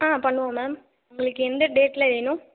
ஆ பண்ணுவோம் மேம் உங்களுக்கு எந்த டேட்டில் வேணும்